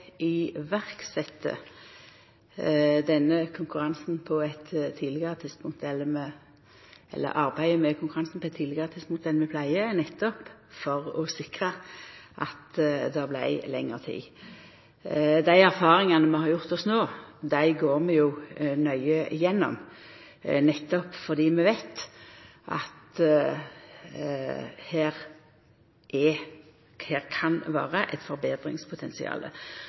arbeidet med konkurransen på eit tidlegare tidspunkt enn vi pleier, nettopp for å sikra at det vart lengre tid. Dei erfaringane vi har gjort oss no, går vi nøye igjennom, nettopp fordi vi veit at her kan det vera eit forbetringspotensial. Så er